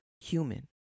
human